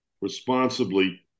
responsibly